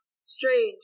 strange